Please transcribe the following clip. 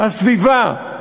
הסביבה,